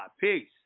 Peace